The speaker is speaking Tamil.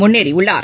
முன்னேறியுள்ளார்